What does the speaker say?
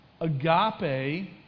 Agape